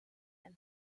and